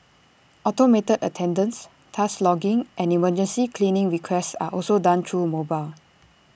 automated attendance task logging and emergency cleaning requests are also done through mobile